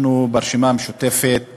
אנחנו ברשימה המשותפת